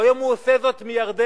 והיום הוא עושה זאת מירדן.